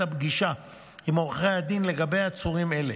הפגישה עם עורכי הדין של עצורים אלה.